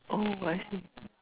oh I see